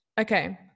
Okay